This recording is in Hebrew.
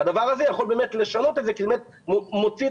הדבר הזה יכול לשנות את זה כי זה שומט את